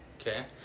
okay